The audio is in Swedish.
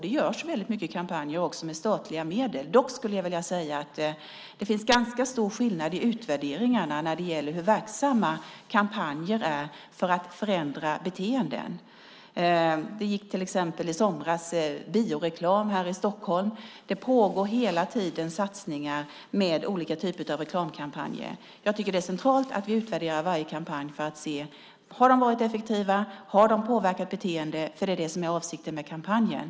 Det görs också mycket kampanjer med statliga medel. Dock skulle jag vilja säga att det finns ganska stora skillnader i utvärderingarna av hur verksamma kampanjer är för att förändra beteenden. Det gick till exempel i somras bioreklam här i Stockholm. Det pågår hela tiden satsningar med olika typer av reklamkampanjer. Jag tycker att det är centralt att vi utvärderar varje kampanj för att se om den har varit effektiv och om den har påverkat beteendet, för det är det som är avsikten med kampanjen.